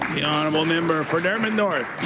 the honourable member for dartmouth